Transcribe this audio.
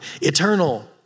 eternal